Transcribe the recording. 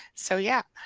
so, yeah.